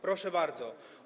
Proszę bardzo.